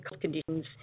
conditions